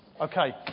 Okay